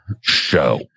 show